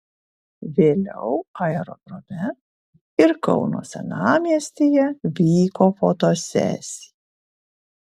vėliau aerodrome ir kauno senamiestyje vyko fotosesija